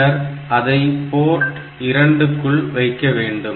பின்னர் அதை போர்ட் 2 குள் வைக்க வேண்டும்